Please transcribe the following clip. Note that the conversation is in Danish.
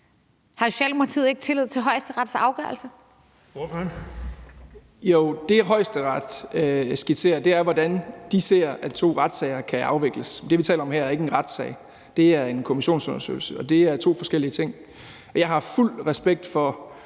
Rabjerg Madsen (S): Jo, det, Højesteret skitserer, er jo, hvordan de ser at to retssager kan afvikles, men det, vi taler om her, er ikke en retssag. Det er en kommissionsundersøgelse, og det er to forskellige ting, og jeg har fuld respekt for